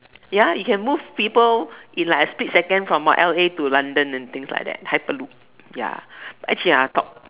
ya it can move people in like a split second from what L_A to London and things like that hyperloop ya actually ah top